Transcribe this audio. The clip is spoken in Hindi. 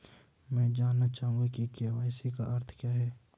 मैं जानना चाहूंगा कि के.वाई.सी का अर्थ क्या है?